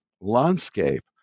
landscape